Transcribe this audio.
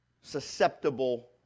susceptible